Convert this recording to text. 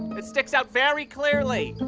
it sticks out very clearly.